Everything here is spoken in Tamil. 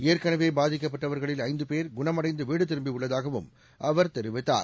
ஏற்கனவே பாதிக்கப்பட்டவர்களில் ஐந்து பேர் குணமடைந்து வீடு திரும்பியுள்ளதாகவும் அவர் தெரிவித்தார்